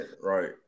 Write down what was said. Right